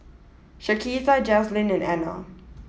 Shaquita Jazlyn and Anna